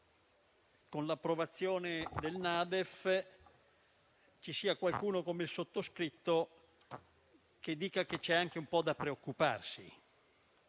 con l'approvazione della NADEF ci sia qualcuno, come il sottoscritto, che dica che c'è anche un po' da preoccuparsi.